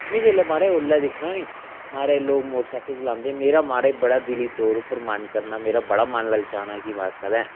में जेल्लै महाराज ओल्लै दिक्खना नी महाराज लोक मोटरसाइकल चलांदे मेरा महाराज बड़ा दिली तौर उप्पर मन करना मेरा बड़ा मन ललचाना कि कदें